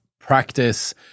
practice